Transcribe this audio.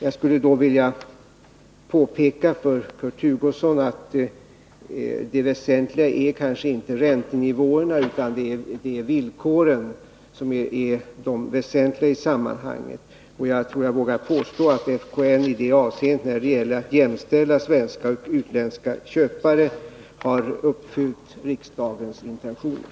Jag skulle då vilja påpeka för Kurt Hugosson att det väsentliga i sammanhanget kanske inte är räntenivåerna utan villkoren. Jag tror jag vågar påstå att FKN i det avseendet när det gäller att jämställa svenska och utländska köpare har uppfyllt riksdagens intentioner.